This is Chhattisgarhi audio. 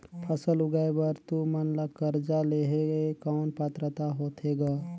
फसल उगाय बर तू मन ला कर्जा लेहे कौन पात्रता होथे ग?